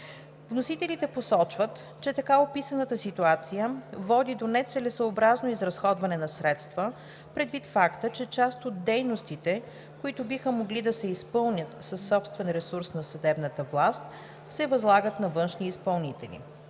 Вносителите посочват, че така описаната ситуация води до нецелесъобразно изразходване на средства предвид факта, че част от дейностите, които биха могли да се изпълнят със собствен ресурс на съдебната власт, се възлагат на външни изпълнители.